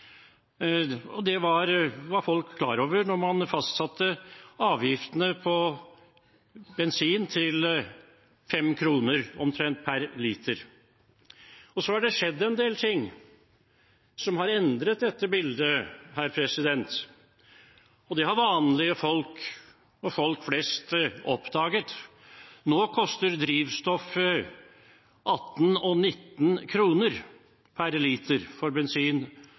liter. Det var folk klar over da man fastsatte avgiftene på bensin til omtrent 5 kr per liter. Så har det skjedd en del som har endret dette bildet. Det har vanlige folk og folk flest oppdaget. Nå koster drivstoff 18 og 19 kr per liter for bensin